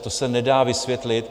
To se nedá vysvětlit.